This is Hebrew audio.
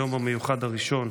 היום המיוחד הראשון,